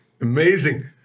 amazing